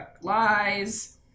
Lies